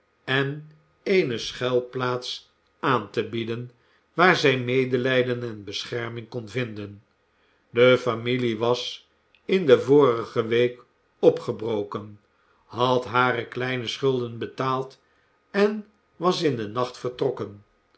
en eene schuilplaats aan te bieden waar zij medelijden en bescherming kon vinden de fami ie was in de vorige week opgebroken had hare kleine schulden betaald en was in den nacht vertrokken